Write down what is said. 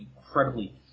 incredibly